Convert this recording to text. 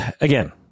again